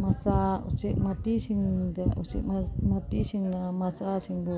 ꯃꯆꯥ ꯎꯆꯦꯛ ꯃꯄꯤꯁꯤꯡꯗ ꯎꯆꯦꯛ ꯃꯄꯤꯁꯤꯡꯅ ꯃꯆꯥꯁꯤꯡꯕꯨ